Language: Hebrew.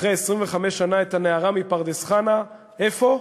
אחרי 25 שנה את הנערה מפרדס-חנה, איפה?